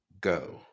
Go